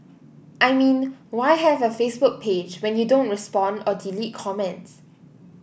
I mean why have a Facebook page when you don't respond or delete comments